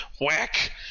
whack